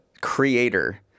creator